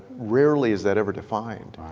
rarely is that ever defined.